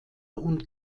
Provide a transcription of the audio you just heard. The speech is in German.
und